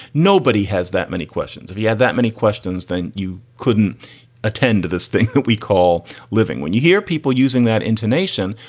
nobody has that many questions. if he had that many questions, then you couldn't attend to this thing that we call living when you hear people using that intonation.